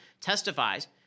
testifies